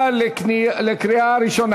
עפר שלח, בושה, באמת.